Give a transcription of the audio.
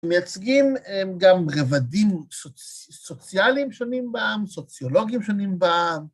מייצגים גם רבדים סוציאליים שונים בעם, סוציולוגיים שונים בעם.